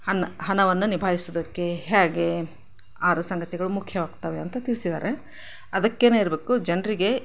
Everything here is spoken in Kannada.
ಹಣ ಹಣವನ್ನು ನಿಭಾಯಿಸೋದಕ್ಕೆ ಹೇಗೆ ಆರು ಸಂಗತಿಗಳು ಮುಖ್ಯವಾಗ್ತವೆ ಅಂತ ತಿಳ್ಸಿದ್ದಾರೆ ಅದಕ್ಕೇನೆ ಇರಬೇಕು ಜನರಿಗೆ